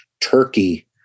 Turkey